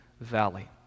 valley